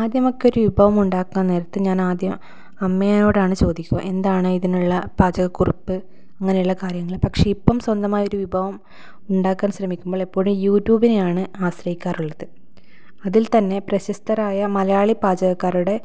ആദ്യമൊക്കെ ഒരു വിഭവമുണ്ടാക്കാൻ നേരത്ത് ഞാൻ ആദ്യം അമ്മയോടാണ് ചോദിക്കുക എന്താണ് ഇതിനുള്ള പാചക കുറിപ്പ് അങ്ങനെയുള്ള കാര്യങ്ങൾ പക്ഷേ ഇപ്പം സ്വന്തമായി ഒരു വിഭവം ഉണ്ടാക്കാൻ ശ്രമിക്കുമ്പോൾ എപ്പോഴും യൂട്യൂബിനെ ആണ് ആശ്രയിക്കാറുള്ളത് അതിൽത്തന്നെ പ്രശസ്തരായ മലയാളി പാചകക്കാരുടെ